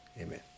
Amen